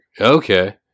Okay